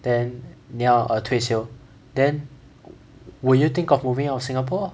then 你要 err 退休 then will you think of moving out of singapore